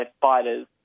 fighters